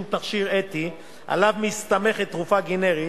תכשיר אתי שעליו מסתמכת תרופה גנרית,